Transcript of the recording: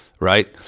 right